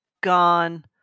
gone